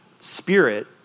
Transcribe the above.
spirit